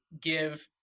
give